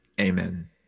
Amen